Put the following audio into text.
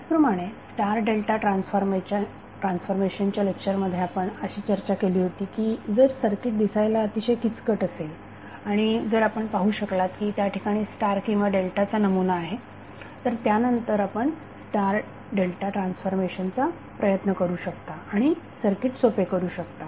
त्याचप्रमाणे star delta ट्रान्सफॉर्मेशनच्या लेक्चरमध्ये आपण अशी चर्चा केली होती की जर सर्किट दिसायला अतिशय किचकट असेल आणि जर आपण पाहु शकलात की त्याठिकाणी स्टार किंवा डेल्टाचा नमुना आहे तर त्यानंतर आपण स्टार डेल्टा ट्रान्सफॉर्मेशनचा प्रयत्न करू शकता आणि सर्किट सोपे करू शकता